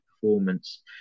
performance